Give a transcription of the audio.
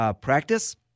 practice